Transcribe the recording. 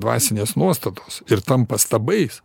dvasinės nuostatos ir tampa stabais